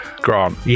Grant